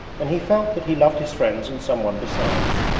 and he felt that he loved his friends and some one besides.